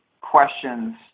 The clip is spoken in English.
questions